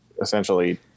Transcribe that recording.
essentially